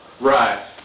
Right